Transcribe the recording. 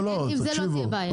עם זה לא תהיה בעיה.